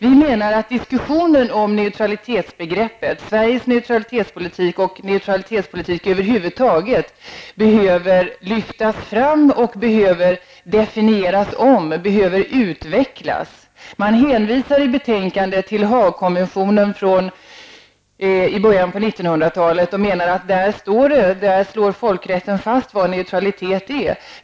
Vi menar att diskussioner om neutralitetsbegreppet, Sveriges neutralitetspolitik och neutralitetspolitik över huvud taget, behöver lyftas fram, definieras om och utvecklas. Man hänvisar i betänkandet till Haagkonventionen från början av 1900-talet och menar att där slår folkrätten fast vad neutralitet är.